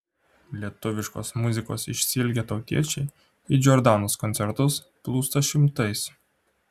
lietuviškos muzikos išsiilgę tautiečiai į džordanos koncertus plūsta šimtais